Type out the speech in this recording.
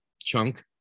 chunk